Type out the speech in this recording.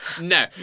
No